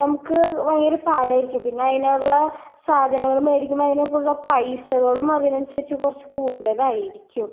നമുക്ക് ഭയങ്കര പാടായിരിക്കും പിന്നെ അതിനുള്ള സാധനങ്ങള് മേടിക്കുമ്പം അതിനൊക്കെയുള്ള പൈസകളും അതിനനുസരിച്ച് കുറച്ച് കൂടുതലായിരിക്കും